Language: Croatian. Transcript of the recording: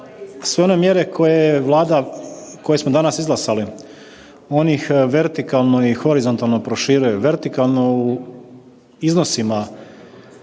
sve one mjere koje je Vlada, koje smo danas izglasali, onih vertikalno i horizontalno proširuju. Vertikalno u iznosima